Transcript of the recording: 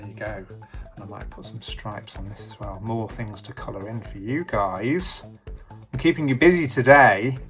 yeah go, um i might put some stripes on this as well, more things to color in for you guys i'm keeping you busy today,